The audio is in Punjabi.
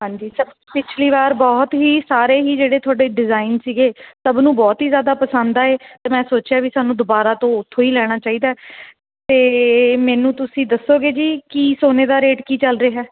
ਹਾਂਜੀ ਸਰ ਪਿਛਲੀ ਵਾਰ ਬਹੁਤ ਹੀ ਸਾਰੇ ਹੀ ਜਿਹੜੇ ਤੁਹਾਡੇ ਡਿਜ਼ਾਇਨ ਸੀਗੇ ਸਭ ਨੂੰ ਬਹੁਤ ਹੀ ਜ਼ਿਆਦਾ ਪਸੰਦ ਆਏ ਅਤੇ ਮੈਂ ਸੋਚਿਆ ਵੀ ਸਾਨੂੰ ਦੁਬਾਰਾ ਤੋਂ ਉੱਥੋਂ ਹੀ ਲੈਣਾ ਚਾਹੀਦਾ ਅਤੇ ਮੈਨੂੰ ਤੁਸੀਂ ਦੱਸੋਗੇ ਜੀ ਕਿ ਸੋਨੇ ਦਾ ਰੇਟ ਕੀ ਚੱਲ ਰਿਹਾ